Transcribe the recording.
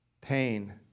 pain